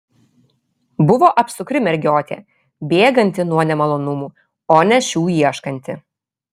buvo apsukri mergiotė bėganti nuo nemalonumų o ne šių ieškanti